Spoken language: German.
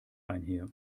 einher